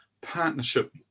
partnership